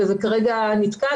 זה כרגע נתקע,